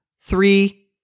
Three